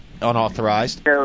unauthorized